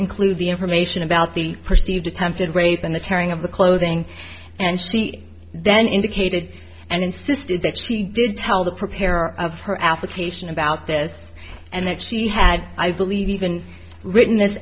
include the information about the perceived attempted rape and the tearing of the clothing and she then indicated and insisted that she did tell the preparer of her application about this and that she had i believe even written this